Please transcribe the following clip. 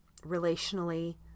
relationally